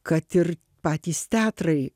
kad ir patys teatrai